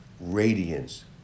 Radiance